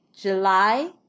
July